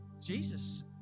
Jesus